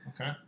Okay